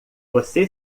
você